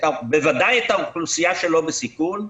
בוודאי את האוכלוסייה שלא בסיכון,